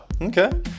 Okay